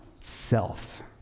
Self